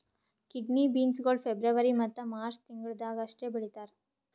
kidney beans ಗೊಳ್ February ಮತ್ತ March ತಿಂಗಿಳದಾಗ್ ಅಷ್ಟೆ ಬೆಳೀತಾರ್